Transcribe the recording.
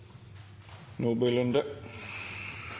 Nordby Lunde,